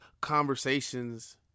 conversations